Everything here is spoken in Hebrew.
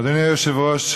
אדוני היושב-ראש,